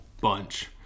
bunch